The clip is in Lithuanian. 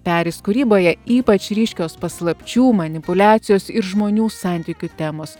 peris kūryboje ypač ryškios paslapčių manipuliacijos ir žmonių santykių temos